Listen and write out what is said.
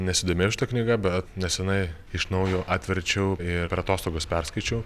nesidomėjau šita knyga bet neseniai iš naujo atverčiau ir per atostogas perskaičiau